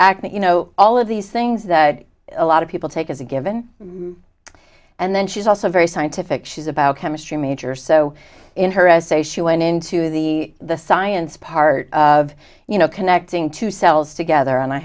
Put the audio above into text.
acne you know all of these things that a lot of people take as a given and then she's also very scientific she's about chemistry major so in her essay she went into the the science part of you know connecting two cells together and i